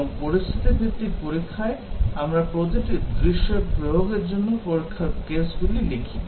এবং পরিস্থিতি ভিত্তিক পরীক্ষায় আমরা প্রতিটি দৃশ্যের প্রয়োগের জন্য পরীক্ষার কেসগুলি লিখি